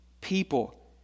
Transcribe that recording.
people